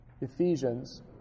Ephesians